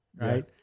right